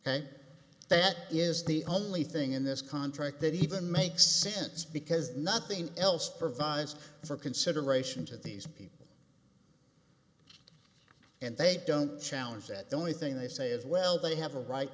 and that is the only thing in this contract that even makes sense because nothing else provides for consideration to these people and they don't challenge that the only thing they say is well they have a right